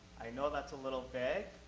i know that's a little vague,